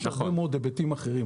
יש הרבה מאוד היבטים אחרים.